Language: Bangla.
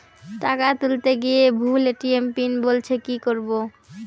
টাকা তুলতে গিয়ে ভুল এ.টি.এম পিন বলছে কি করবো?